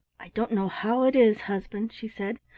i don't know how it is, husband, she said,